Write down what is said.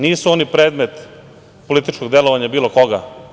Nisu oni predmet političkog delovanja bilo koga.